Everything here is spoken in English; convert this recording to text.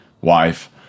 wife